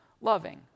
loving